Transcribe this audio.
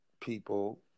people